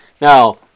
Now